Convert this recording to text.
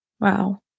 Wow